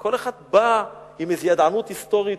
כל אחד בא עם איזו ידענות היסטורית,